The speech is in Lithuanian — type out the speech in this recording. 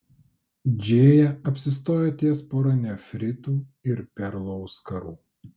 džėja apsistojo ties pora nefrito ir perlų auskarų